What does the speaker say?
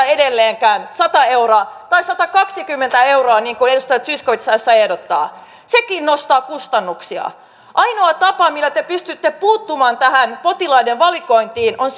edelleenkään sata euroa tai satakaksikymmentä euroa niin kuin edustaja zyskowicz tässä ehdottaa sekin nostaa kustannuksia ainoa tapa millä te pystytte puuttumaan tähän potilaiden valikointiin on